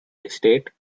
estate